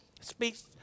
speaks